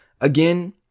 again